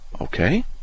Okay